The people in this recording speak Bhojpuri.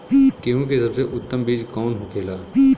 गेहूँ की सबसे उत्तम बीज कौन होखेला?